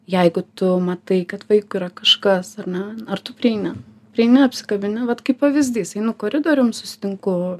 jeigu tu matai kad vaikui yra kažkas ar ne ar tu prieini prieini apsikabini vat kaip pavyzdys einu koridorium susitinku